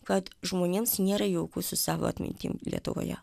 kad žmonėms nėra jauku su savo atmintim lietuvoje